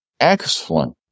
excellent